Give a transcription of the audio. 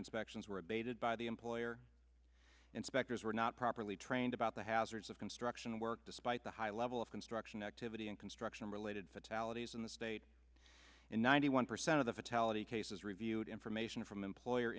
inspections were abated by the employer inspectors were not properly trained about the hazards of construction work despite the high level of construction activity and construction related fatalities in the state in ninety one percent of the fatality cases reviewed information from employer